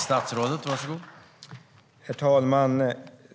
Herr talman!